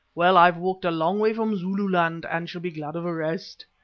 well, i've walked a long way from zululand, and shall be glad of a rest.